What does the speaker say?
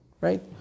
Right